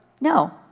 No